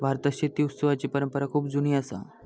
भारतात शेती उत्सवाची परंपरा खूप जुनी असा